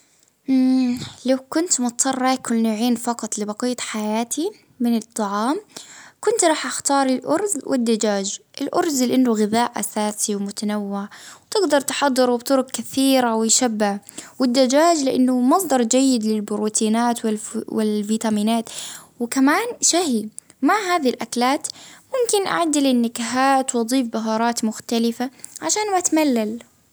مم لو كنت مضطر آكل نوعين فقط لبقية حياتي من الطعام، كنت راح أختار الأرز والدجاج، الأرز لإنه غذاء أساسي ومتنوع، بتقدر تحضره بطرق كثيرة ويشبع، والدجاج لإنه مصدر جيد للبروتينات و الفيتامينات. وكمان شهي مع هذه الأكلات، ممكن أعدل النكهات وأضيف بهارات مختلفة عشان ما تملل.